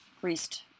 greased